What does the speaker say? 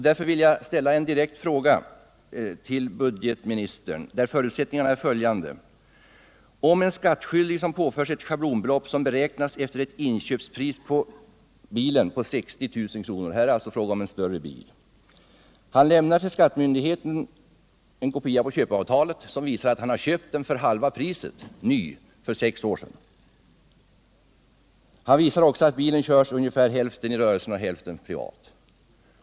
Därför vill jag ställa en direkt fråga till budgetministern, där förutsättningarna är följande: En skattskyldig påförs ett schablonbelopp som beräknats efter ett inköpspris för bilen av 60 000 kr. — här är det alltså fråga om en större bil. Han lämnar till skattemyndigheten en kopia på köpeavtalet, som visar att företaget har köpt bilen för halva priset när den var ny för sex år sedan. Han visar också att bilen till hälften körts i rörelsen och till hälften privat.